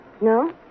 No